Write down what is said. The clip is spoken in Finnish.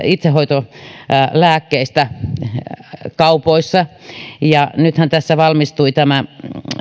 itsehoitolääkkeistä kaupoissa nythän valmistui tämä